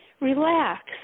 relax